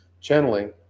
channeling